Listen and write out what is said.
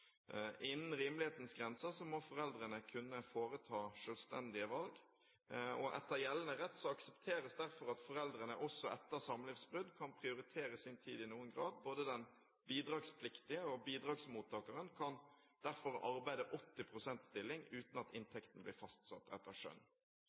Innen rimelighetens grenser må foreldrene kunne foreta selvstendige valg. Etter gjeldende rett aksepteres derfor at foreldrene etter samlivsbrudd kan prioritere sin tid i noen grad. Både den bidragspliktige og bidragsmottakeren kan derfor arbeide i 80 pst. stilling uten at